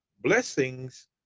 Blessings